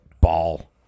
ball